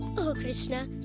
o krishna,